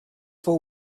for